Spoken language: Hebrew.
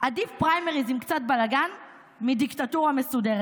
עדיף פריימריז עם קצת בלגן מדיקטטורה מסודרת.